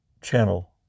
channel